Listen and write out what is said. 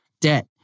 debt